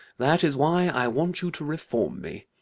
that is why i want you to reform me.